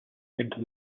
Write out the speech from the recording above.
into